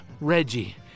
Reggie